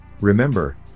Remember